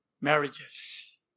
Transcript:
marriages